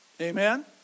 Amen